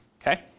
Okay